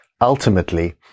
ultimately